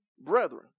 brethren